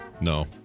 No